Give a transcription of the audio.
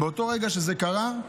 באותו רגע שזה קרה,